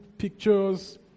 pictures